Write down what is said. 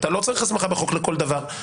לא צריך הסמכה בחוק לכל דבר.